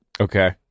Okay